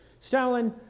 Stalin